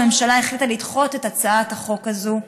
הממשלה החליטה לדחות את הצעת החוק הזאת,